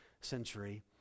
century